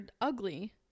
ugly